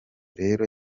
rero